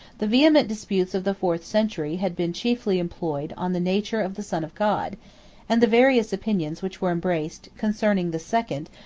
the vehement disputes of the fourth century had been chiefly employed on the nature of the son of god and the various opinions which were embraced, concerning the second,